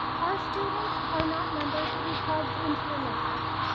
our students are not numbers to be plugged into your matrix.